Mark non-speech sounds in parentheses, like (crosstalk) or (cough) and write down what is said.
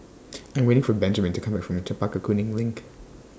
(noise) I'm waiting For Benjaman to Come Back from Chempaka Kuning LINK